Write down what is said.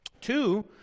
Two